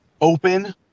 open